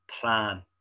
plan